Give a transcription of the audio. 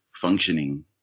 functioning